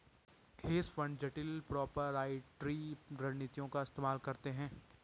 hedge fund जटिल proprietary रणनीतियों का इस्तेमाल करते हैं